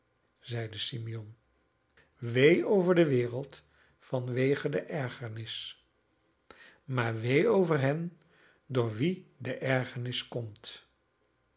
zeide simeon wee over de wereld vanwege de ergernis maar wee over hen door wie de ergernis komt